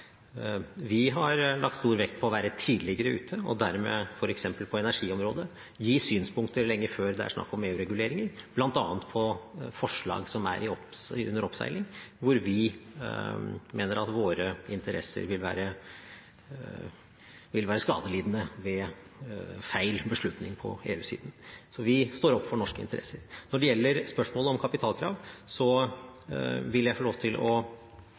Vi har lagt stor vekt på å være tidligere ute og dermed, f.eks. på energiområdet, gi synspunkter lenge før det er snakk om EU-reguleringer, bl.a. på forslag som er under oppseiling, hvor vi mener at våre interesser vil være skadelidende ved feil beslutning på EU-siden. Så vi står på for norske interesser. Når det gjelder spørsmålet om kapitalkrav, vil jeg få lov til å